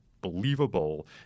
believable